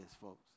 folks